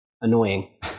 Annoying